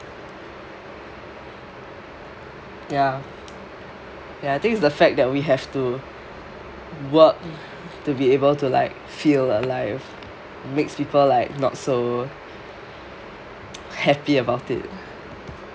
ya ya I think is the fact that we have to work to be able like feel alive makes people like not so happy about it